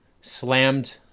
Slammed